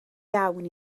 iawn